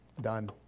done